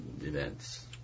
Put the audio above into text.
events